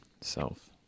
Self